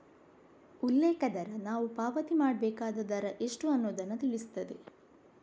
ಉಲ್ಲೇಖ ದರ ನಾವು ಪಾವತಿ ಮಾಡ್ಬೇಕಾದ ದರ ಎಷ್ಟು ಅನ್ನುದನ್ನ ತಿಳಿಸ್ತದೆ